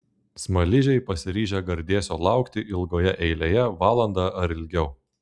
smaližiai pasiryžę gardėsio laukti ilgoje eilėje valandą ar ilgiau